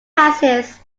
passes